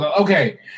okay